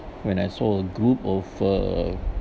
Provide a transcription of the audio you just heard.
when I saw a group of uh